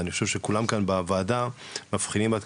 אני חושב גם שכולם בוועדה מבחינים בדבר אחד,